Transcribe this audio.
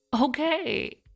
okay